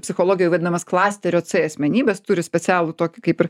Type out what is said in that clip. psichologijoj vadinamas klasterio c asmenybės turi specialų tokį kaip ir